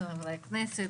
חברי הכנסת,